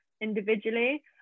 individually